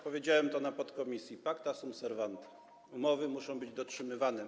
Powiedziałem to w podkomisji: pacta sunt servanda, umowy muszą być dotrzymywane.